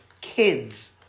Kids